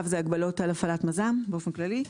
זה הגבלות על הפעלת מז"ם באופן כללי.